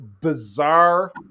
bizarre